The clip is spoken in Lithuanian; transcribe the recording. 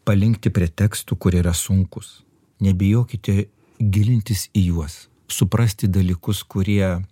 palinkti prie tekstų kurie yra sunkūs nebijokite gilintis į juos suprasti dalykus kurie